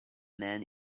man